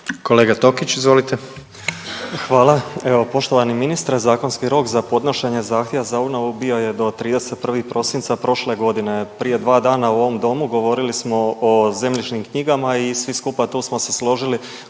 **Tokić, Frane (DP)** Hvala. Evo poštovani ministre zakonski rok za podnošenje zahtjeva za obnovu bio je do 31. prosinca prošle godine. Prije 2 dana u ovom domu govorili smo o zemljišnim knjigama i svi skupa tu smo se složili